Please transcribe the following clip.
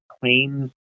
claims